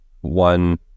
one